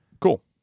Cool